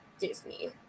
Disney